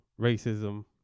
racism